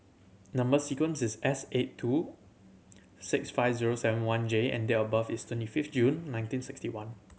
number sequence is S eight two six five zero seven one J and date of birth is twenty fifth June nineteen sixty one